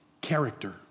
character